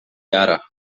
ara